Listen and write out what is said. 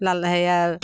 লাল